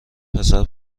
پسر